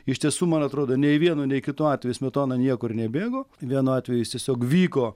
iš tiesų man atrodo nei vienu nei kitu atveju smetona niekur nebėgo vienu atveju jis tiesiog vyko